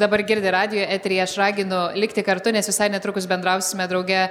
dabar girdi radijo eteryje aš raginu likti kartu nes visai netrukus bendrausime drauge